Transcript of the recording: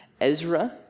Ezra